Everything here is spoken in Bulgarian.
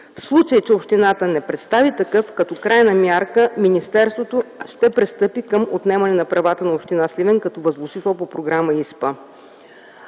В случай, че общината не представи такъв, като крайна мярка министерството ще пристъпи към отнемане на правата на община Сливен като възложител по Програма ИСПА.